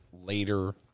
later